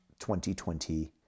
2020